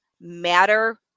matter